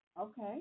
Okay